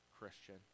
Christian